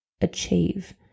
achieve